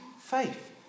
faith